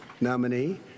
nominee